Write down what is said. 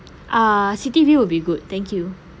uh city view will be good thank you